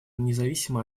независимо